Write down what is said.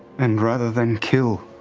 and rather than kill